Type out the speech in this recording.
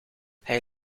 hij